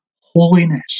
holiness